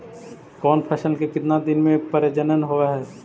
कौन फैसल के कितना दिन मे परजनन होब हय?